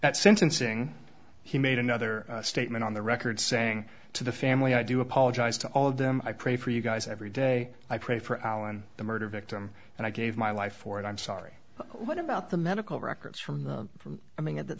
that sentencing he made another statement on the record saying to the family i do apologize to all of them i pray for you guys every day i pray for alan the murder victim and i gave my life for it i'm sorry but what about the medical records from the from coming at that